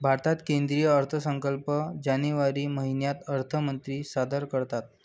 भारतात केंद्रीय अर्थसंकल्प जानेवारी महिन्यात अर्थमंत्री सादर करतात